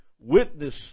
witness